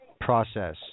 process